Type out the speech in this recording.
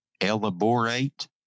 elaborate